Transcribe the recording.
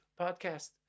Podcast